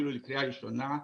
אפילו לקריאה ראשונה,